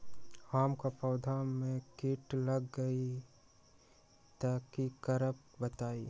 आम क पौधा म कीट लग जई त की करब बताई?